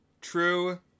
True